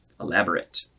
elaborate